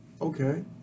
Okay